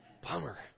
Bummer